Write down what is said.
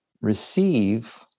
receive